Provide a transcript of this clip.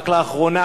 רק לאחרונה